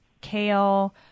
kale